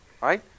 Right